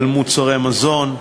על מוצרי מזון.